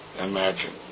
imagine